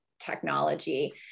technology